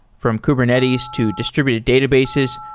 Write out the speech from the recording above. from kubernetes, to distributed databases,